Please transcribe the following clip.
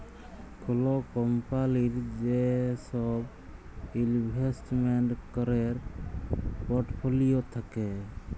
call কম্পলির যে সব ইলভেস্টমেন্ট ক্যরের পর্টফোলিও থাক্যে